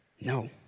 No